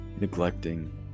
neglecting